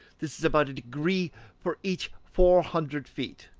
this is about a degree for each four hundred feet,